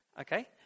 Okay